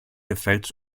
effects